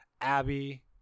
Abby